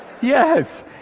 yes